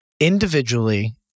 individually